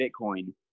bitcoin